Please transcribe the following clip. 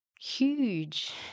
huge